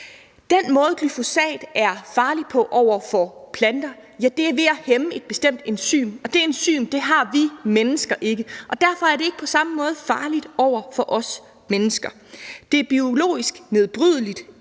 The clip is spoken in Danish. Den måde, glyfosat er farlig på over for planter, er ved at hæmme et bestemt enzym, og det enzym har vi mennesker ikke, og derfor er det ikke på samme måde farligt over for os mennesker. Det er biologisk nedbrydeligt,